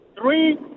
three